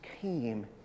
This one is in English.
came